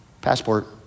passport